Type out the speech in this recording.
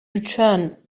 return